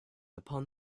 upon